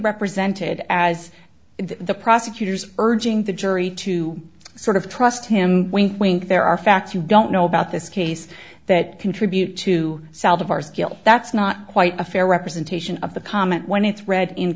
represented as the prosecutor's urging the jury to sort of trust him wink wink there are facts you don't know about this case that contribute to south of our skill that's not quite a fair representation of the comment when it's read in